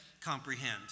comprehend